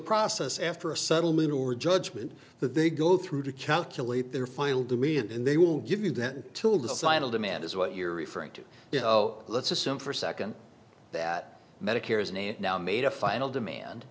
process after a settlement or judgment that they go through to calculate their final dimmy and they will give you then till the societal demand is what you're referring to you know let's assume for a second that medicare is named now made a final demand